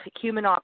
human